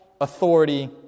authority